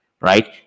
right